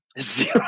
Zero